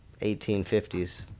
1850s